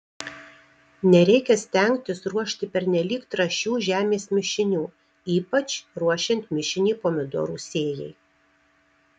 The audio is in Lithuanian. nereikia stengtis ruošti pernelyg trąšių žemės mišinių ypač ruošiant mišinį pomidorų sėjai